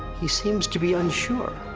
he seems to be unsure.